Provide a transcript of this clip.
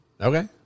Okay